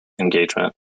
engagement